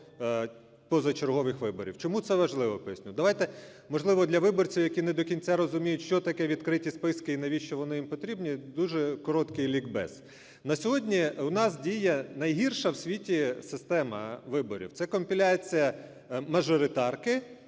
позачергових виборів. Чому це важливо поясню, давайте, можливо, для виборців, які не до кінця розуміють що таке відкриті списки і навіщо вони їм потрібні, дуже короткий лікбез. На сьогодні у нас діє найгірша в світі система виборів – це компіляція мажоритарки,